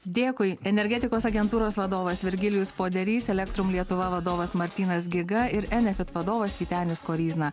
dėkui energetikos agentūros vadovas virgilijus poderys elektrum lietuva vadovas martynas giga ir enefit vadovas vytenis koryzna